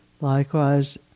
likewise